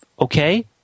okay